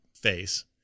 face